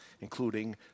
including